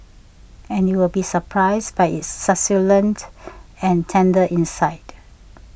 and you'll be surprised by its succulent and tender inside